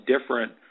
different